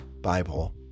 bible